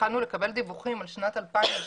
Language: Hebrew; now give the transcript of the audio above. כשהתחלנו לקבל דיווחים על שנת 2016